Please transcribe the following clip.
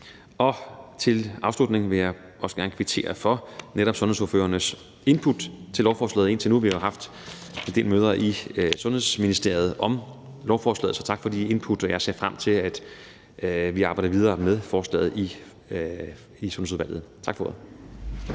Og som afslutning vil jeg også gerne kvittere for sundhedsordførernes input til lovforslaget indtil nu. Vi har jo haft en del møder i Sundhedsministeriet om lovforslaget. Så tak for de input, og jeg ser frem til, at vi arbejder videre med forslaget i Sundhedsudvalget. Tak for ordet.